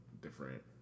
different